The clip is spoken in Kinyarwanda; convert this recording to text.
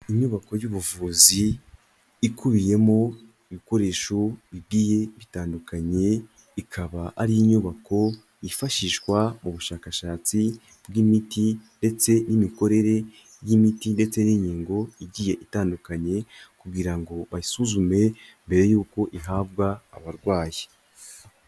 Inyubako y'ubuvuzi ikubiyemo ibikoresho bigiye bitandukanye. Ikaba ari inyubako yifashishwa mu bushakashatsi bw'imiti ndetse n'imikorere y'imiti ndetse n'inkingo zigiye itandukanye kugira ngo bayisuzume mbere y'uko ihabwa abarwayi.